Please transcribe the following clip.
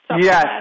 Yes